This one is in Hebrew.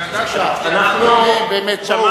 אני רוצה